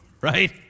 right